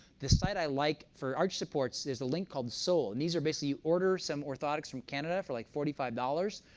the site i like for arch supports is the link called sole. and these are basically you order some orthotics from canada for like forty five dollars.